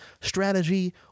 strategy